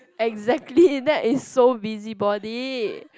exactly that is so busybody